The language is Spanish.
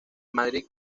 madrid